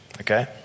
Okay